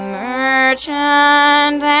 merchant